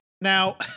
Now